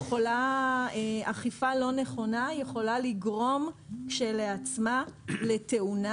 אכיפה לא נכונה יכולה לגרום כשלעצמה לתאונה